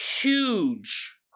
huge